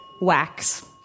Wax